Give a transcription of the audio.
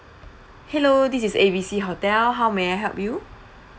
hello this is A B C hotel how may I help you